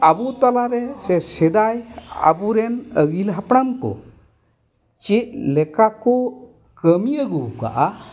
ᱟᱵᱚ ᱛᱟᱞᱟᱨᱮ ᱥᱮ ᱥᱮᱫᱟᱭ ᱟᱵᱚᱨᱮᱱ ᱟᱹᱜᱤᱞ ᱦᱟᱯᱲᱟᱢ ᱠᱚ ᱪᱮᱫ ᱞᱮᱠᱟ ᱠᱚ ᱠᱟᱹᱢᱤ ᱟᱹᱜᱩ ᱟᱠᱟᱫᱼᱟ